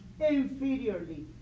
inferiorly